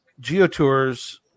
geotours